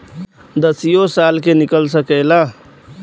दसियो साल के निकाल सकेला